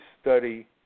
study